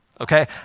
Okay